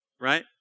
Right